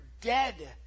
dead